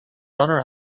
runner